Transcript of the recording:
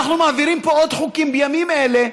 ואנחנו מעבירים פה עוד חוקים בימים אלה,